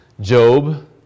Job